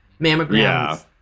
mammograms